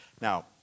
Now